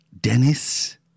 Dennis